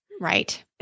Right